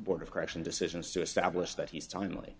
board of correction decisions to establish that he's t